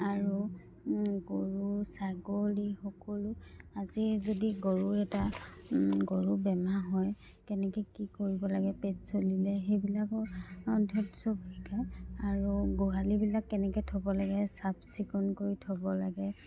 আৰু গৰু ছাগলী সকলো আজি যদি গৰু এটা গৰু বেমাৰ হয় কেনেকৈ কি কৰিব লাগে পেট চলিলে সেইবিলাকৰ শিকায় আৰু গোহালিবিলাক কেনেকৈ থ'ব লাগে চাফ চিকুণ কৰি থ'ব লাগে